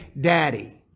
Daddy